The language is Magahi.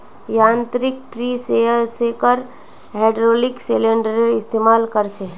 यांत्रिक ट्री शेकर हैड्रॉलिक सिलिंडरेर इस्तेमाल कर छे